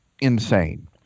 insane